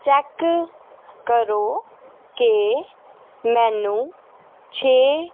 check ਕਰੋ ਕਿ ਮੈਨੂੰ ਛੇ